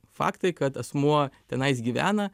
faktai kad asmuo tenais gyvena